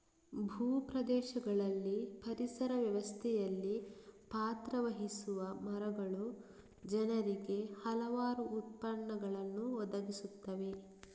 ಭೂ ಪ್ರದೇಶಗಳಲ್ಲಿ ಪರಿಸರ ವ್ಯವಸ್ಥೆಯಲ್ಲಿ ಪಾತ್ರ ವಹಿಸುವ ಮರಗಳು ಜನರಿಗೆ ಹಲವಾರು ಉತ್ಪನ್ನಗಳನ್ನು ಒದಗಿಸುತ್ತವೆ